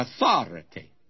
authority